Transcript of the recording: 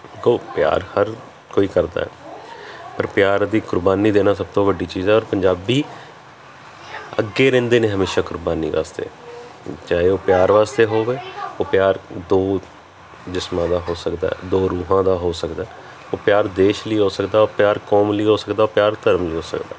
ਪਿਆਰ ਹਰ ਕੋਈ ਕਰਦਾ ਪਰ ਪਿਆਰ ਦੀ ਕੁਰਬਾਨੀ ਦੇਣਾ ਸਭ ਤੋਂ ਵੱਡੀ ਚੀਜ਼ ਹੈ ਪੰਜਾਬੀ ਅੱਗੇ ਰਹਿੰਦੇ ਨੇ ਹਮੇਸ਼ਾ ਕੁਰਬਾਨੀ ਵਾਸਤੇ ਚਾਹੇ ਉਹ ਪਿਆਰ ਵਾਸਤੇ ਹੋਵੇ ਉਹ ਪਿਆਰ ਦੋ ਜਿਸਮਾਂ ਦਾ ਹੋ ਸਕਦਾ ਦੋ ਰੂਹਾਂ ਦਾ ਹੋ ਸਕਦਾ ਉਹ ਪਿਆਰ ਦੇਸ਼ ਲਈ ਹੋ ਸਕਦਾ ਉਹ ਪਿਆਰ ਕੌਮ ਲਈ ਹੋ ਸਕਦਾ ਉਹ ਪਿਆਰ ਧਰਮ ਲਈ ਹੋ ਸਕਦਾ